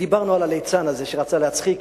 דיברנו על הליצן הזה שרצה להצחיק